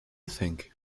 think